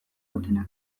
dutenak